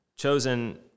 chosen